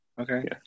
Okay